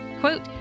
Quote